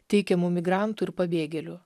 teikiamu migrantų ir pabėgėlių